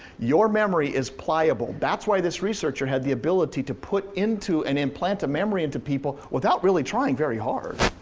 your memory is pliable. that's why this researcher had the ability to put into and implant a memory into people without really trying very hard.